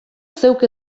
zeuk